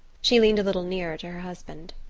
she leaned a little nearer to her husband.